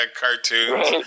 Cartoons